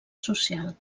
social